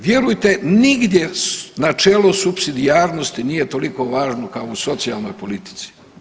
Vjerujte nigdje načelo supsidijarnosti nije toliko važno kao u socijalnoj politici.